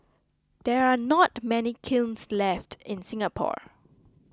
there are not many kilns left in Singapore